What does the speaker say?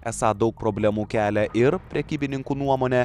esą daug problemų kelia ir prekybininkų nuomone